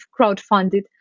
crowdfunded